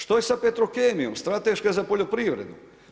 Što je sa Petrokemijom, strateška za poljoprivredu?